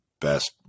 best